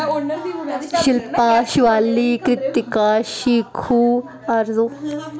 Shilpa Shivali Kritika Shikhu Aarzoo